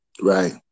Right